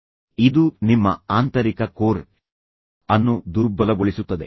ಈಗ ಇದು ನಿಮ್ಮ ಆಂತರಿಕ ಕೋರ್ ಅನ್ನು ದುರ್ಬಲಗೊಳಿಸುತ್ತದೆ